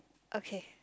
okay